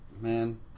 Man